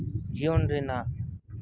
ᱡᱤᱭᱚᱱ ᱨᱮᱭᱟᱜ